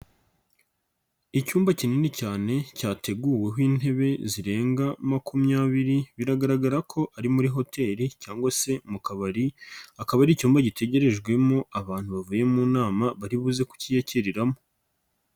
Icyumba kinini cyane cyateguweho intebe zirenga makumyabiri, biragaragara ko ari muri hoteli cyangwa se mu kabari akaba ari icyumba gitegerejwemo abantu bavuye mu nama bari buze kukiyakiriramo.